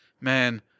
man